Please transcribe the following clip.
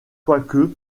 quoique